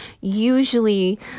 usually